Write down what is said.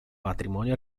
patrimonio